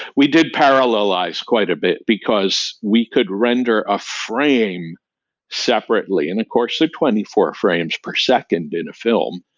we did parallelize quite a bit, because we could render a frame separately, and of course at twenty four frames per second in a film.